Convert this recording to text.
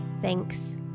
thanks